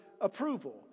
approval